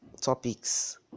topics